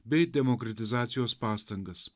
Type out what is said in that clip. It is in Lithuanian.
bei demokratizacijos pastangas